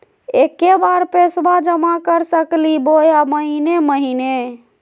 एके बार पैस्बा जमा कर सकली बोया महीने महीने?